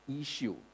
issue